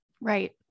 Right